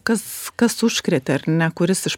kas kas užkrėtė ar ne kuris iš